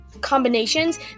combinations